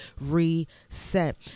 reset